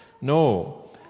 No